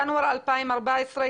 ינואר 2014,